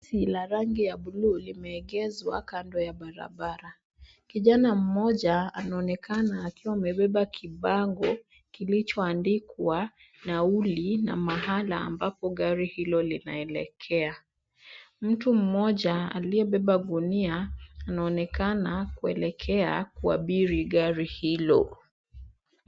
Basi la rangi ya buluu, limeegezwa kando ya barabara. Kijana mmoja anaonekana akiwa amebeba kibango kilichoandikwa nauli na mahala ambapo gari hilo linaelekea. Mtu mmoja aliyebeba gunia anaonekana kuelekea kuabiri gari hilo.